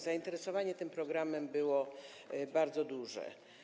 Zainteresowanie tym programem było bardzo duże.